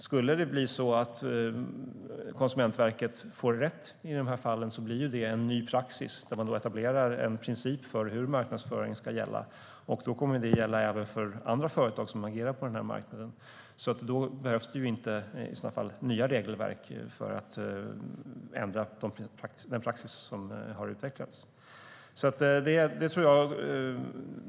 Skulle det bli så att Konsumentverket får rätt i de här fallen blir det en ny praxis. I så fall etablerar man en princip för hur marknadsföring ska ske, och den kommer att gälla även för andra företag som agerar på den här marknaden. Då behövs inga nya regelverk för att ändra den praxis som utvecklats.